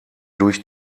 durch